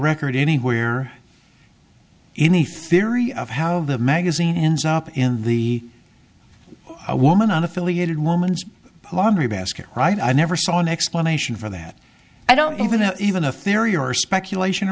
record anywhere in the theory of how the magazine ends up in the woman on affiliated woman's laundry basket right i never saw an explanation for that i don't even have even a theory or speculation